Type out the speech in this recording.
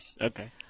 Okay